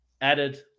added